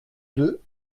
deux